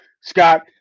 Scott